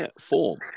form